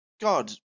God